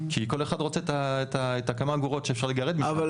כי כל אחד רוצה את הכמה אגורות שאפשר לגרד משם --- אבל